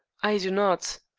i do not.